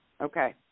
Okay